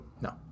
No